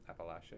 Appalachia